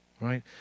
right